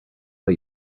but